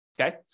okay